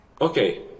Okay